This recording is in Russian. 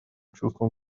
чувством